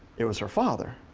it was her father.